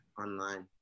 online